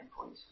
point